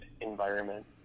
environment